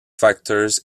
factors